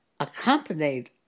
Accompanied